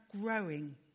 growing